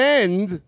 end